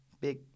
big